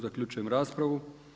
Zaključujem raspravu.